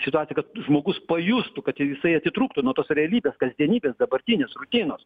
situacijai kad žmogus pajustų kad jau jisai atitrūktų nuo tos realybės kasdienybės dabartinės rutinos